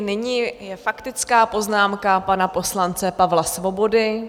Nyní je faktická poznámka pana poslance Pavla Svobody.